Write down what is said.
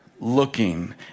looking